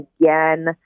again